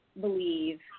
believe